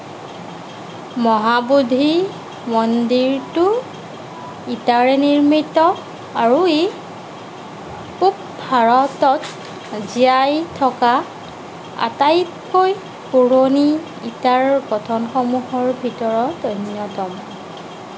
মহাবোধি মন্দিৰটো ইটাৰে নিৰ্মিত আৰু ই পূব ভাৰতত জীয়াই থকা আটাইতকৈ পুৰণি ইটাৰ গঠনসমূহৰ ভিতৰত অন্যতম